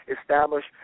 establish